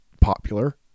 popular